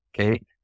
okay